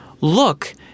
look